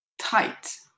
tight